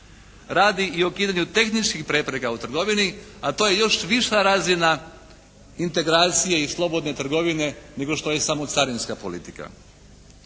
radi i o ukidanju tehničkih prepreka u trgovini, a to je još viša razina integracija i slobodne trgovine nego što je samo carinska politika.